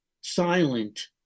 silent